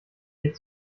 geht